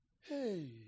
Hey